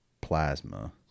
plasma